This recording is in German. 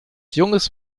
junges